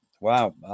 wow